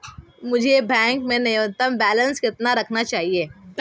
मुझे बैंक में न्यूनतम बैलेंस कितना रखना चाहिए?